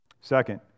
Second